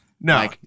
No